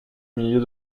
milieu